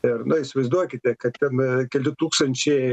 ir na įsivaizduokite kad ten e keli tūkstančiai